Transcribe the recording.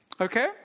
Okay